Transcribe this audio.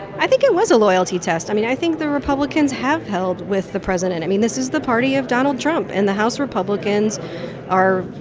i think it was a loyalty test. i mean, i think the republicans have held with the president. i mean, this is the party of donald trump, and the house republicans are,